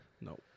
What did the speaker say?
No